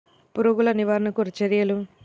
పురుగులు నివారణకు చర్యలు?